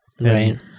Right